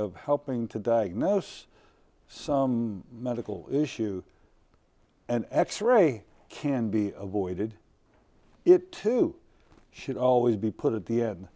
of helping to diagnose some medical issue an x ray can be avoided it too should always be put at the end